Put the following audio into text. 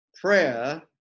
Prayer